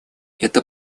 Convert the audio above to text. это